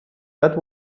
that